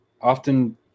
often